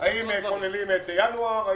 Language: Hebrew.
האם כוללים את ינואר.